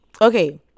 Okay